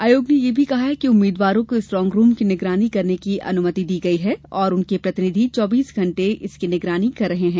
आयोग ने यह भी कहा है कि उम्मीदवारों को स्ट्रोंग रूम की निगरानी करने की अनुमति दी गई है और उनके प्रतिनिधि चौबीसों घंटे इसकी निगरानी कर रहे हैं